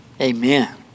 Amen